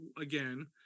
again